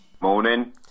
Morning